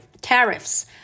tariffs